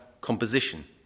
composition